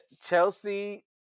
Chelsea